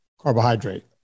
carbohydrate